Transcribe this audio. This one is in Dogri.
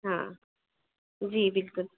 हां जी बिलकुल